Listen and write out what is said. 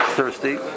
thirsty